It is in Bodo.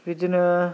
बिदिनो